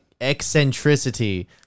eccentricity